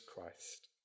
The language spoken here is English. Christ